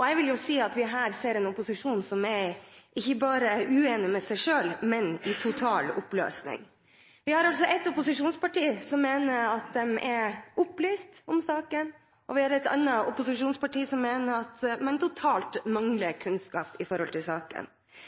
Jeg vil si at vi her ser en opposisjon som er ikke bare uenig med seg selv, men i total oppløsning. Vi har et opposisjonsparti som mener at de er opplyst om saken, og vi har et annet opposisjonsparti som mener at man totalt mangler kunnskap